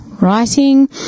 writing